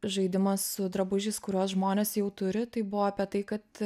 žaidimas su drabužiais kuriuos žmonės jau turi tai buvo apie tai kad